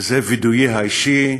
וזה וידויִי האישי,